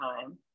time